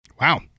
Wow